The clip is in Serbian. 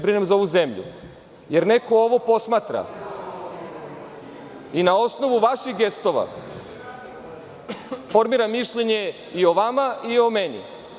Brinem za ovu zemlju, jer neko ovo posmatra i na osnovu vaših gestova formira mišljenje i o vama i o meni.